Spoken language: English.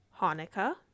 Hanukkah